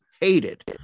hated